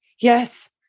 Yes